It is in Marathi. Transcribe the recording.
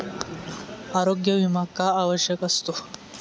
आरोग्य विमा का आवश्यक असतो?